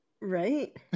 Right